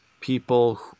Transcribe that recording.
people